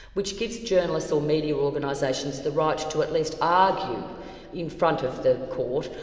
which gives journalists or media organisations the right to at least argue in front of the court,